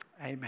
Amen